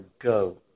go